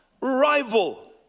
rival